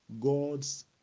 God's